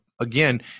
again